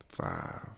five